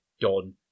done